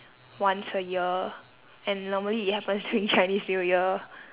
once a year and normally it happens during chinese new year